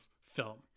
film